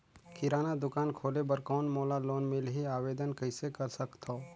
किराना दुकान खोले बर कौन मोला लोन मिलही? आवेदन कइसे कर सकथव?